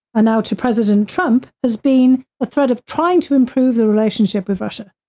and now to president trump, has been a threat of trying to improve the relationship with russia.